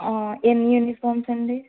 ఎన్ని యునీఫామ్స్ అండి